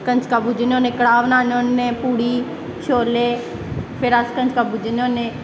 कंजकां पूजने होंन्ने कड़ाह् बनान्ने होन्ने पूड़ी छोल्ले फिर अस कंजकां पूजने होन्ने